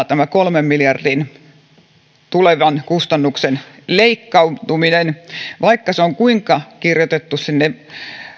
tämä kolmen miljardin kustannusten leikkautuminen on hyvin epävarmaa vaikka se on kuinka kirjoitettu sinne